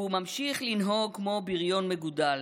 והוא ממשיך לנהוג כמו בריון מגודל.